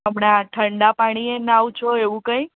હમણાં આ ઠંડા પાણીએ નહાઓ છો એવું કંઈ